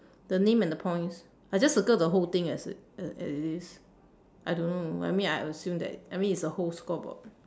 the name and the points I just circle the whole thing as it as it is I don't know I mean I assume that I mean it's the whole scoreboard